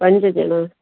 पंज ॼणा